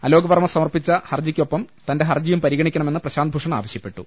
അലോക് വർമ്മ സമർപ്പിച്ച ഹർജികൊപ്പം തന്റെ ഹർജിയും പരിഗണിക്കണമെന്നും പ്രശാന്ത് ഭൂഷൺ ആവശ്യപ്പെട്ടു